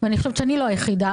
אני חושבת שאני לא היחידה,